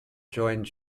joined